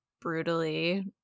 brutally